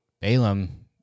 Balaam